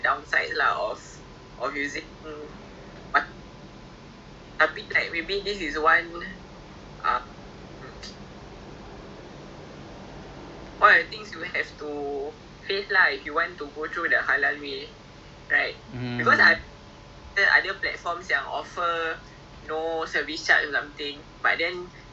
so if you it an alternative is I was just looking at this it's called the U_O_B money market fund so it's quite good because you invest like one thousand dollars in these funds right then it will technically a new saham returns tapi tak banyak the goal of this fund is to just preserve a capital when this ends so it's like uh macam it's like a savings account with a little bit more uh